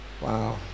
wow